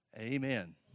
amen